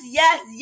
yes